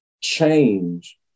change